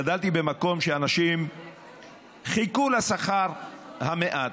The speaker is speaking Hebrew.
גדלתי במקום שאנשים חיכו לשכר המעט,